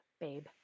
babe